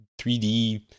3D